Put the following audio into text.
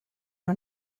nhw